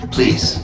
Please